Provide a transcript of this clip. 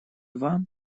два